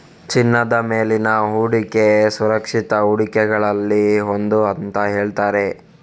ಚಿನ್ನದ ಮೇಲಿನ ಹೂಡಿಕೆ ಸುರಕ್ಷಿತ ಹೂಡಿಕೆಗಳಲ್ಲಿ ಒಂದು ಅಂತ ಹೇಳ್ತಾರೆ